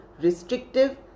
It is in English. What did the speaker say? restrictive